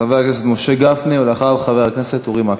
חבר הכנסת משה גפני, ואחריו, חבר הכנסת אורי מקלב.